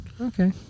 Okay